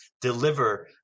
Deliver